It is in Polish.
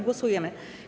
Głosujemy.